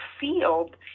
field